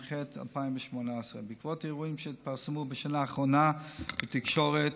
התשע"ח 2018. בעקבות האירועים שהתפרסמו בשנה האחרונה בתקשורת,